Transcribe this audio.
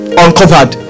uncovered